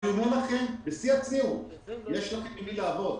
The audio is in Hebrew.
אני אומר לכם בשיא הצניעות שיש עם מי לעבוד.